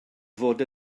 fod